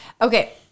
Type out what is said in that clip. Okay